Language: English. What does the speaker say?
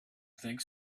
think